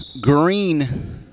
green